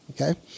Okay